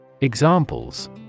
Examples